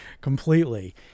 completely